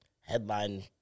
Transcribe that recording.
headline